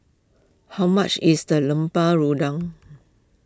how much is the Lemper Udang